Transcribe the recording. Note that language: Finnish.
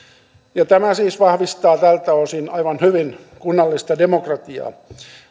ja tämä siis vahvistaa tältä osin aivan hyvin kunnallista demokratiaa